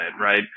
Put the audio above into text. Right